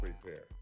prepare